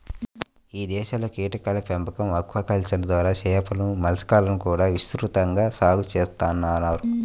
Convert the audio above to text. ఇదేశాల్లో కీటకాల పెంపకం, ఆక్వాకల్చర్ ద్వారా చేపలు, మలస్కాలను కూడా విస్తృతంగా సాగు చేత్తన్నారు